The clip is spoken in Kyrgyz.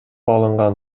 алынган